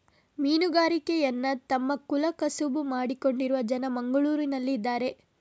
ಮೀನುಗಾರಿಕೆಯನ್ನ ತಮ್ಮ ಕುಲ ಕಸುಬು ಮಾಡಿಕೊಂಡಿರುವ ಜನ ಮಂಗ್ಳುರಲ್ಲಿ ಇದಾರೆ